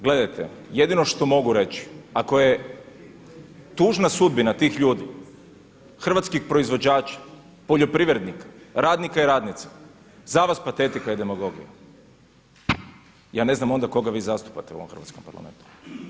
Gledajte, jedino što mogu reći, ako je tužna sudbina tih ljudi, hrvatskih proizvođača, poljoprivrednika, radnika i radnica za vas patetika i demagogija, ja ne znam onda koga vi zastupate u ovom hrvatskom Parlamentu.